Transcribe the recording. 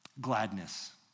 Gladness